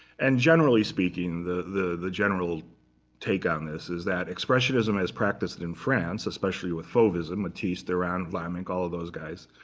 and generally speaking, the general take on this is that expressionism is practiced in france, especially with fauvism, matisse, derain, vlaminck, all of those guys,